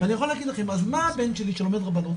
ואני יכול להגיד לכם אז מה הבן שלי שלומד רבנות,